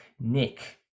Nick